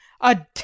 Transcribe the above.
A